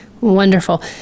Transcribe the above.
Wonderful